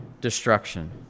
destruction